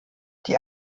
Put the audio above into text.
die